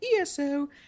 ESO